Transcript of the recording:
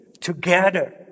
together